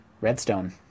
Redstone